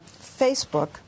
Facebook